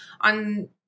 on